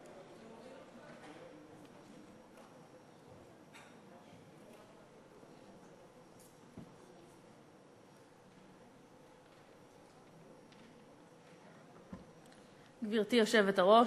גברתי היושבת-ראש,